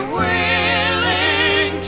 willing